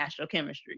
astrochemistry